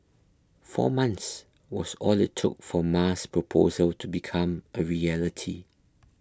four months was all it took for Ma's proposal to become a reality